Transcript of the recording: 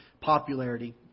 popularity